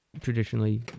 traditionally